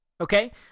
Okay